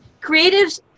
creatives